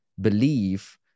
believe